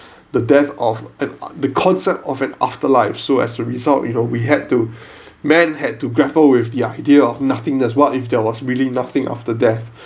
the death of uh the concept of an afterlife so as a result you know we had to man had to grapple with the idea of nothingness what if there was really nothing after death